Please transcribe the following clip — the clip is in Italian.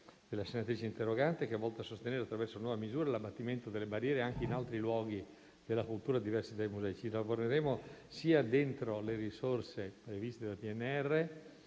della senatrice interrogante, volto a sostenere, attraverso nuove misure, l'abbattimento delle barriere anche in altri luoghi della cultura diversi dai musei. Ci lavoreremo sia con le risorse previste da PNRR